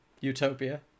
Utopia